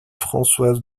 françoise